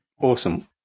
Awesome